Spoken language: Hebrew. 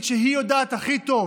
המקומית, שהיא יודעת הכי טוב